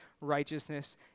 righteousness